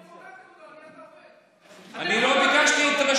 אתם חוקקתם אותו, בלי